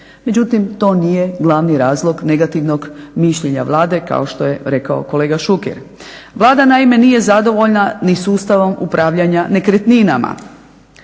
Međutim, to nije glavni razlog negativnog mišljenja Vlade kao što je rekao kolega Šuker. Vlada naime nije zadovoljna ni sustavom upravljanja nekretninama